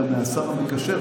גם מהשר המקשר,